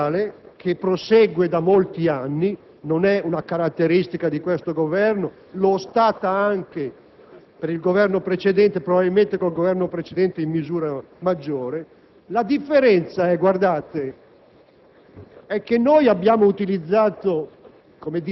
Voglio ricordare che questa è una tendenza generale, che prosegue da molti anni: non è una caratteristica di questo Governo, essendolo stata anche per il Governo precedente e probabilmente in misura maggiore. La differenza è che